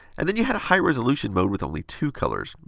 and then you had a high resolution mode with only two colors.